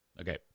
Okay